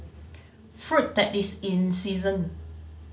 that is in season